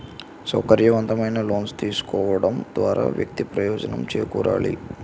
సౌకర్యవంతమైన లోన్స్ తీసుకోవడం ద్వారా వ్యక్తి ప్రయోజనం చేకూరాలి